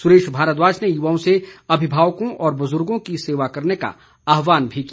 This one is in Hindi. सुरेश भारद्वाज ने युवाओं से अभिभावकों और बुजुर्गों की सेवा करने का आह्वान भी किया